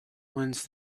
whens